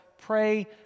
pray